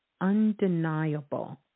undeniable